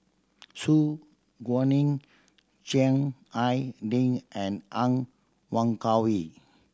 Su Guaning Chiang Hai Ding and Han